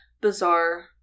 bizarre